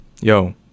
Yo